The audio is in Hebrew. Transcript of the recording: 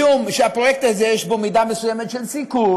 משום שהפרויקט הזה יש בו מידה מסוימת של סיכון.